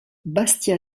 bastia